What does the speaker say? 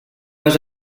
vas